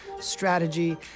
strategy